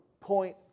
point